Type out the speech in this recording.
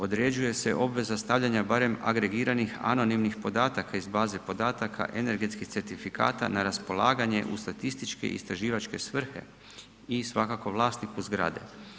Određuje se obveza stavljanja barem agregiranih anonimnih podatka iz baze podataka energetskih certifikata na raspolaganje u statističke i istraživačke svrhe i svakako vlasniku zgrade.